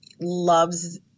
loves